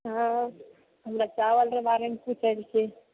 हमरा चावलके बारेमे पूछेके छै